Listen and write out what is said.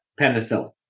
penicillin